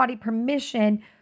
permission